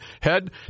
head